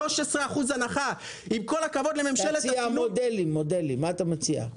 בזה אתה מסכים איתי.